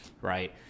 Right